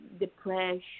depression